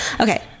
Okay